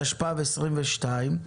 התשפ"ב 2022,